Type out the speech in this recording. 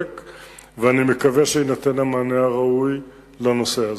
ואני מקווה שיינתן מענה ראוי לנושא הזה,